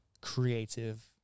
creative